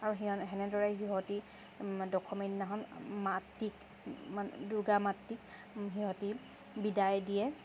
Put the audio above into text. আৰু সেনেদৰে সিহঁতে দশমী দিনাখন মাতৃক দূৰ্গা মাতৃক সিহঁতে বিদায় দিয়ে